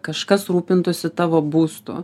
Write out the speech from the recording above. kažkas rūpintųsi tavo būstu